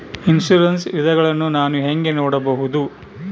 Insurance ವಿಧಗಳನ್ನ ನಾನು ಹೆಂಗ ನೋಡಬಹುದು?